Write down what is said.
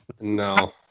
No